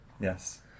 yes